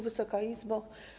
Wysoka Izbo!